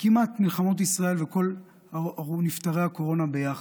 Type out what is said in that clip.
כמעט כמו מלחמות ישראל וכל נפטרי הקורונה ביחד.